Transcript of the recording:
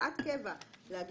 כהוראת קבע לומר